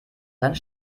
seinen